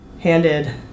handed